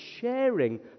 sharing